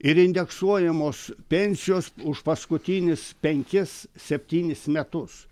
ir indeksuojamos pensijos už paskutinius penkis septynis metus